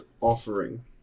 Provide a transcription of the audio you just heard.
offering